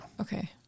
Okay